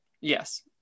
yes